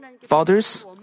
fathers